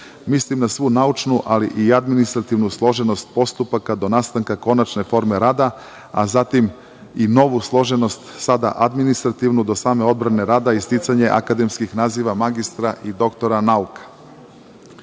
na svu naučnu, ali i administrativnu složenost postupaka do nastanka konačne forme rada, a zatim i novu složenost, sada administrativnu do same odbrane rada i sticanje akademskih naziva magistra i doktora nauka.U